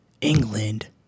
England